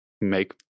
make